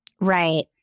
Right